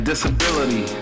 Disability